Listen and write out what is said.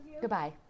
Goodbye